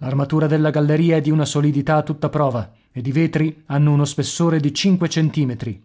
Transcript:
l'armatura della galleria è di una solidità a tutta prova ed i vetri hanno uno spessore di cinque centimetri